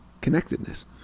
connectedness